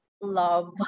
love